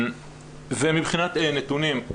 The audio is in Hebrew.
מבחינת נתונים,